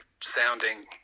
sounding